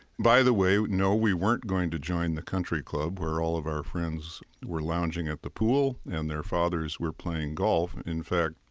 by the way, no, we weren't going to join the country club where all of our friends were lounging at the pool and their fathers were playing golf. in fact,